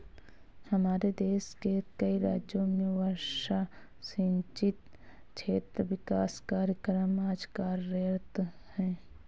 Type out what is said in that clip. हमारे देश के कई राज्यों में वर्षा सिंचित क्षेत्र विकास कार्यक्रम आज कार्यरत है